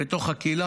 בתוך הקהילה,